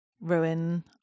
ruin